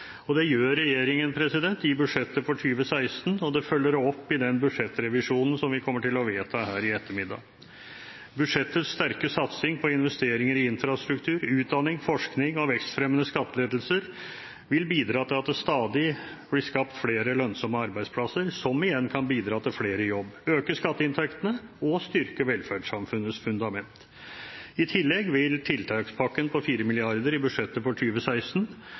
rammebetingelser. Det gjør regjeringen i budsjettet for 2016, og det følges opp i den budsjettrevisjonen som vi kommer til å vedta her i ettermiddag. Budsjettets sterke satsing på investeringer i infrastruktur, utdanning, forskning og vekstfremmende skattelettelser vil bidra til at det stadig blir skapt flere lønnsomme arbeidsplasser, som igjen kan bidra til å få flere i jobb, øke skatteinntektene og styrke velferdssamfunnets fundament. I tillegg vil tiltakspakken på 4 mrd. kr i budsjettet for